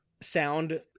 sound